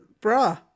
bra